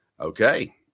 Okay